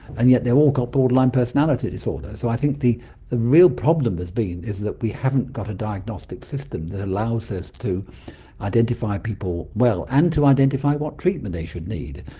and yet they've all got borderline personality disorder. so i think the the real problem has been that we haven't got a diagnostic system that allows us to identify people well and to identify what treatment they should need.